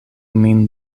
min